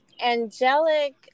angelic